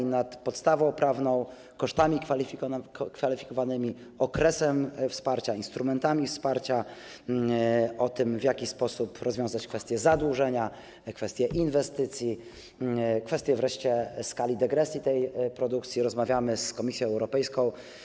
O podstawie prawnej, kosztach kwalifikowanych, okresie wsparcia, instrumentach wsparcia, o tym, w jaki sposób rozwiązać kwestie zadłużenia, kwestie inwestycji, wreszcie kwestie skali degresji tej produkcji, rozmawiamy z Komisją Europejską.